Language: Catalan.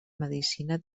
medicina